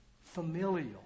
familial